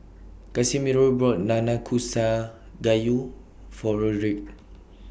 Casimiro bought Nanakusa Gayu For Roderick